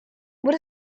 what